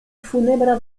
funebra